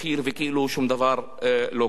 וכאילו שום דבר לא קרה.